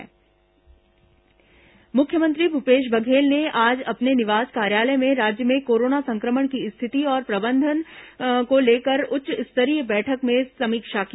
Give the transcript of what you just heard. मुख्यमंत्री समीक्षा बैठक मुख्यमंत्री भूपेश बघेल ने आज अपने निवास कार्यालय में राज्य में कोरोना संक्रमण की स्थिति और प्रबंधन को लेकर उच्च स्तरीय बैठक में समीक्षा की